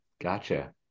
gotcha